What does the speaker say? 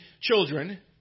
children